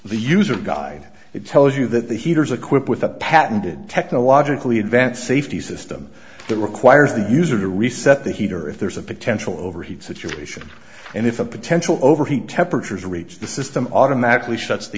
the user guide it tells you that the heaters equipped with a patented technologically advanced safety system that requires the user to reset the heater if there's a potential overheat situation and if a potential overheat temperatures reach the system automatically shuts the